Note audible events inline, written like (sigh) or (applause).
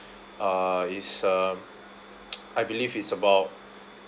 uh it's uh (noise) I believe it's about